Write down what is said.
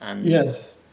Yes